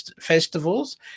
festivals